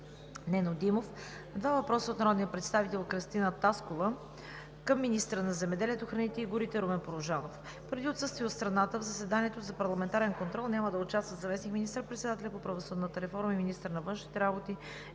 Нено Димов; - два въпроса от народния представител Кръстина Таскова към министъра на земеделието, храните и горите Румен Порожанов. Поради отсъствие от страната, в заседанието за парламентарен контрол няма да участват заместник министър-председателят по правосъдната реформа и министър на външните работи